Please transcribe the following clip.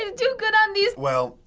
and do good on these. well,